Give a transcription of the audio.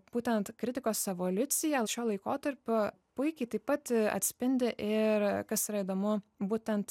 būtent kritikos evoliucija šiuo laikotarpiu puikiai taip pat atspindi ir kas yra įdomu būtent